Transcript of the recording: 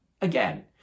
again